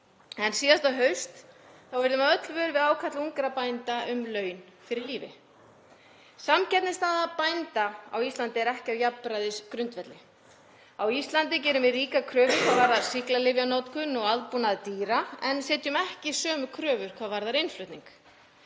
Síðasta haust urðum við öll vör við ákall ungra bænda um laun fyrir lífi. Samkeppnisstaða bænda á Íslandi er ekki á jafnræðisgrundvelli. Á Íslandi gerum við ríkar kröfur hvað varðar sýklalyfjanotkun og aðbúnað dýra en setjum ekki sömu kröfur hvað varðar innflutning.